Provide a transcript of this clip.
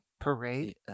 parade